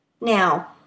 Now